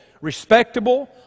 respectable